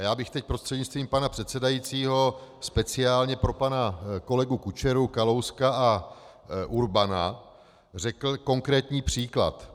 A já bych teď prostřednictvím pana předsedajícího speciálně pro pana kolegu Kučeru, Kalouska a Urbana řekl konkrétní příklad.